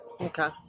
Okay